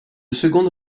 seconde